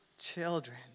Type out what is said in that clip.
children